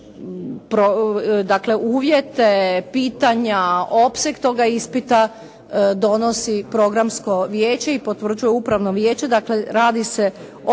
uvjete, pitanja, opseg toga ispita donosi programsko vijeće i potvrđuje upravno vijeće.